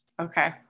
Okay